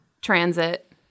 Transit